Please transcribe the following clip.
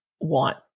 want